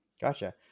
Gotcha